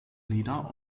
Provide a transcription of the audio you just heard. nieder